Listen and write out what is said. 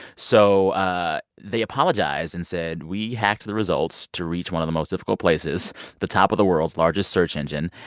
so ah they apologized and said, we hacked the results to reach one of the most difficult places the top of the world's largest search engine.